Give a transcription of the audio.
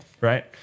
right